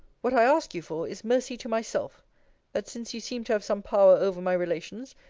what i ask you for, is mercy to myself that, since you seem to have some power over my relations,